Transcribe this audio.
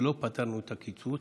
ולא פתרנו את הקיצוץ,